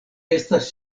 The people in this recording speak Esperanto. estas